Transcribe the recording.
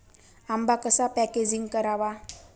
आंबा कसा पॅकेजिंग करावा?